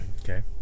Okay